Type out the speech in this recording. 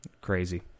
Crazy